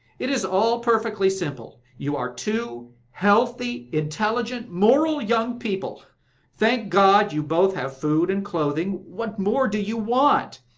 it is all perfectly simple. you are two healthy, intelligent, moral young people thank god, you both have food and clothing what more do you want?